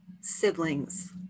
siblings